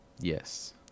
Yes